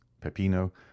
Peppino